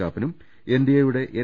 കാപ്പനും NDA യുടെ N